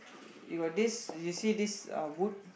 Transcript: you got this you see this uh wood